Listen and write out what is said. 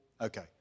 Okay